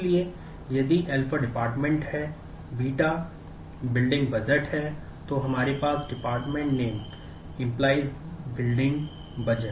इसलिए यदि α department है β है तो हमारे पास है department name → building budget